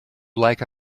like